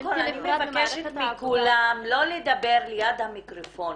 כל אני מבקשת מכולם לא לדבר ליד המיקרופונים